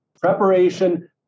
preparation